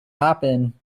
happen